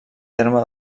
terme